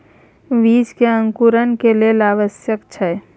बीज के अंकुरण के लेल की आवश्यक छै?